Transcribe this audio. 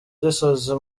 gisozi